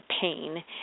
pain